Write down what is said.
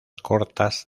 cortas